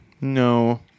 No